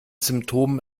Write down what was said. symptomen